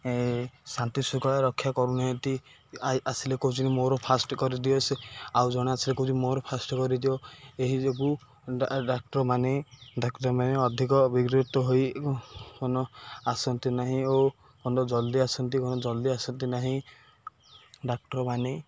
ଶାନ୍ତି ଶୃଙ୍ଖଳ ରକ୍ଷା କରୁନାହାନ୍ତି ଆସିଲେ କହୁଛନ୍ତି ମୋର ଫାଷ୍ଟ କରିଦିଅ ଆଉ ଜଣେ ଆସିଲେ କହୁଛନ୍ତି ମୋର ଫାଷ୍ଟ କରିଦିଅ ଏହିଯୋଗୁ ଡାକ୍ତରମାନେ ଡାକ୍ତରମାନେ ଅଧିକ ବିରକ୍ତ ହୋଇକି ଆସନ୍ତି ନାହିଁ ଓ ଜଲଦି ଆସନ୍ତି କ'ଣ ଜଲଦି ଆସନ୍ତି ନାହିଁ ଡାକ୍ତରମାନେ